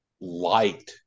light